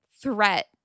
threat